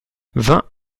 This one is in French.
vingt